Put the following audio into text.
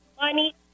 money